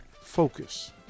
focus